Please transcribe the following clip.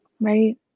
Right